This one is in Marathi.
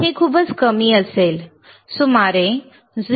हे खूपच कमी असेल सुमारे 0